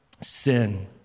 sin